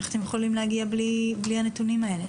איך אתם יכולים להגיע בלי הנתונים האלה?